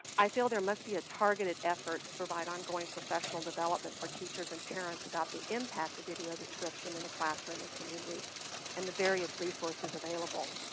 i feel there much be a targeted effort to provide on going professional development for teachers and parents about the impact of video description in the classroom and community and the various resources available.